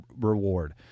reward